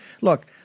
Look